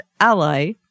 ally